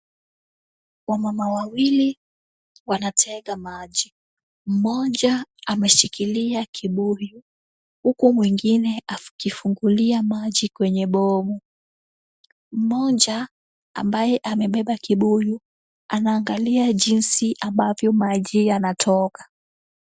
Wamama wawili wanateka maji. Mmoja ameshikilia kibuyu huku mwingine akifungulia maji kwenye bomba. Mmoja, mwenye ameshikilia kibuyu anaangalia jinsi ambavyo maji yanatoka.